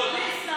נהנה מאוד.